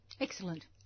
Excellent